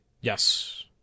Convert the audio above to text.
Yes